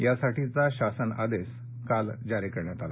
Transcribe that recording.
यासाठीचा शासन आदेश काल जारी करण्यात आला